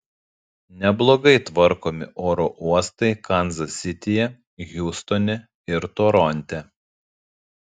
neblogai tvarkomi oro uostai kanzas sityje hjustone ir toronte